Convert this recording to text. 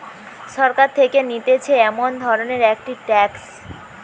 সরকার থেকে নিতেছে এমন ধরণের একটি ট্যাক্স